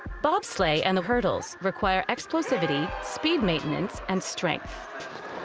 bobsleigh and the hurdles require explosivity, speed maintenance and strength.